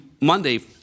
Monday